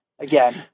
again